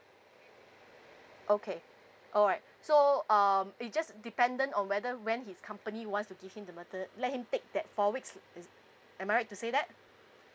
okay all right so um it just dependent on whether when his company wants to give him the mater~ let him take that four weeks is it am I right to say that